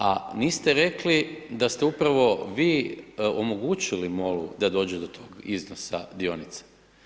A niste rekli da ste upravo vi omogućili MOL-u da dođe do tog iznosa dionica.